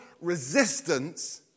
resistance